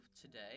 today